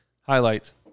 highlights